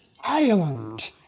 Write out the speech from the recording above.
Ireland